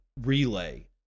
relay